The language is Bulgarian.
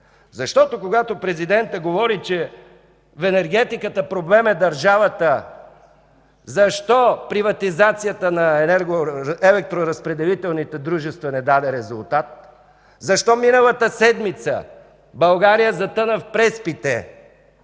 Защото когато президентът говори, че в енергетиката проблемът е държавата, защо приватизацията на електроразпределителните дружества не даде резултат? Защо миналата седмица България затъна в преспите